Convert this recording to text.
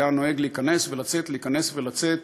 והיה נוהג להיכנס ולצאת ולהיכנס ולצאת